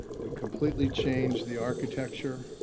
we completely changed the architecture.